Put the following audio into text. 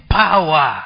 power